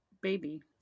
baby